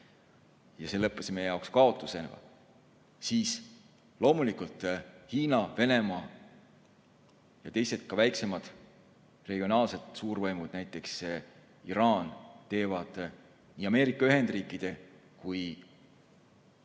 ja see lõppes meie jaoks kaotusega, siis loomulikult Hiina, Venemaa ja teised, ka väiksemad regionaalsed suurvõimud, näiteks Iraan, teevad nii Ameerika Ühendriikide kui ka